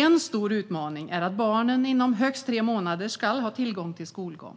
En stor utmaning är att barnen ska ha tillgång till skolgång inom högst tre månader,